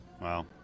Wow